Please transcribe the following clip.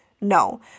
No